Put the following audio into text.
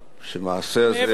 היתה אמירה שהמעשה הזה,